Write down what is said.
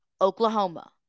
Oklahoma